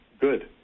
good